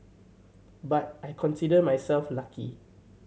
but I consider myself lucky